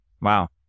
Wow